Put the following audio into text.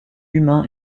humain